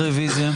רביזיה.